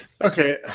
Okay